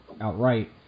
outright